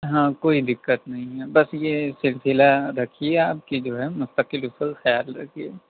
ہاں کوئی دقت نہیں ہے بس یہ سلسلہ رکھیے آپ کی جو ہے مستقل اس کا خیال رکھیے